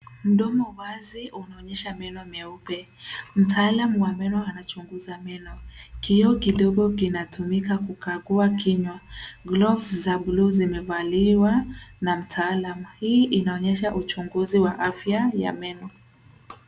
Mdomo wazi unaonyesha meno meupe. Mtaalamu wa meno anachunguza meno. Kioo kidogo kinatumika kukagua kinywa. cs[Gloves]ca za buluu zimevaliwa, na mtaalama hii inaonyesha uchunguzi wa afya ya meno.